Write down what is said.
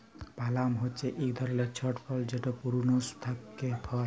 পালাম হছে ইক ধরলের ছট ফল যেট পূরুনস পাক্যে হয়